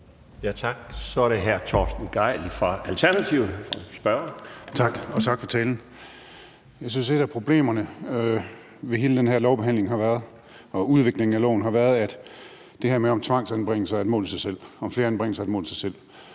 Tak. Så er det hr. Torsten Gejl fra Alternativet som spørger. Kl. 12:46 Torsten Gejl (ALT): Tak, og tak for talen. Jeg synes, at et af problemerne ved hele den her lovbehandling og i udviklingen af loven har været det her med, om tvangsanbringelser er et mål i sig selv, altså om flere anbringelser er et mål i sig selv.